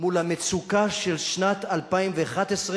מול המצוקה של שנת 2011/12,